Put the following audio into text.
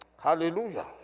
Hallelujah